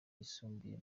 yisumbuye